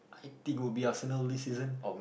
I think would be Arsenal this season